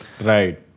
Right